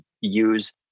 use